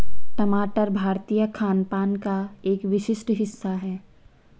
टमाटर भारतीय खानपान का एक विशिष्ट हिस्सा है